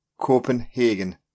Copenhagen